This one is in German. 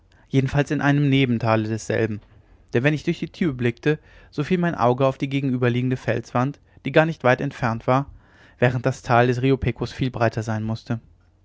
jedenfalls in einem nebentale desselben denn wenn ich durch die tür blickte so fiel mein auge auf die gegenüberliegende felswand die gar nicht weit entfernt war während das tal des rio pecos viel breiter sein mußte